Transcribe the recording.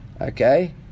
Okay